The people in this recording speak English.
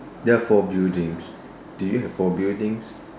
there are four buildings do you have four buildings